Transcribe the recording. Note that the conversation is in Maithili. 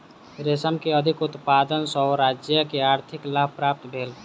रेशम के अधिक उत्पादन सॅ राज्य के आर्थिक लाभ प्राप्त भेल